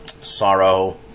sorrow